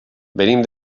venim